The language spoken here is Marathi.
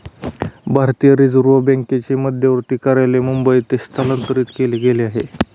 भारतीय रिझर्व बँकेचे मध्यवर्ती कार्यालय मुंबई मध्ये स्थलांतरित केला गेल आहे